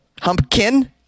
Humpkin